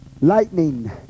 Lightning